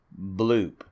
bloop